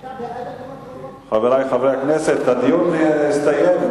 אתה בעד, חברי חברי הכנסת, הדיון הסתיים.